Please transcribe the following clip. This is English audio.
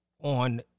on